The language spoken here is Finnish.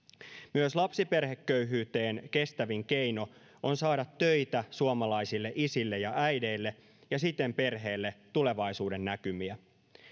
myös lapsiperheköyhyyteen kestävin keino on saada töitä suomalaisille isille ja äideille ja siten perheille tulevaisuuden näkymiä